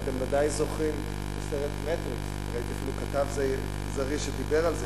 אז אתם ודאי זוכרים את הסרט "מטריקס" ראיתי אפילו כתב זריז שדיבר על זה,